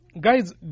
Guys